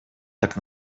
так